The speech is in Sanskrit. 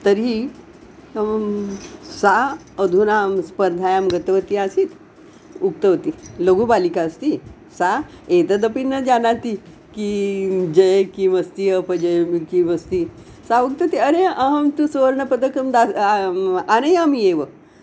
तर्हि सा अधुना स्पर्धायां गतवती आसीत् उक्तवती लघुबालिका अस्ति सा एतदपि न जानाति की जय् किमस्ति अपजयं किमस्ति सा उक्तवती अरे अहं तु सुवर्णपदकं आनयामि एव